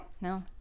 no